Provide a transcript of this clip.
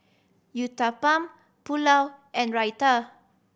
Uthapam Pulao and Raita